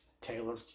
Taylor